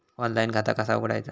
Online खाता कसा उघडायचा?